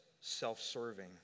self-serving